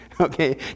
Okay